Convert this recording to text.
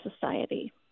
society